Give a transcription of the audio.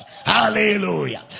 hallelujah